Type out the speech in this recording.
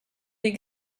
des